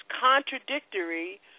contradictory